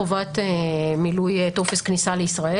חובת מילוי טופס כניסה לישראל.